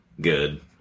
good